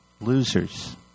losers